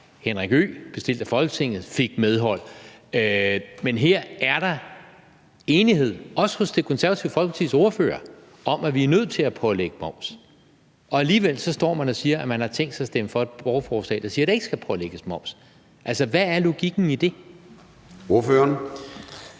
Henrik Øe, bestilt af Folketinget, fik medhold. Men her er der enighed, også hos Det Konservative Folkepartis ordfører, om, at vi er nødt til at pålægge moms, men alligevel står man og siger, at man har tænkt sig at stemme for et borgerforslag, der siger, at der ikke skal pålægges moms. Hvad er logikken i det? Kl.